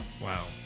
Wow